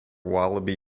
wallaby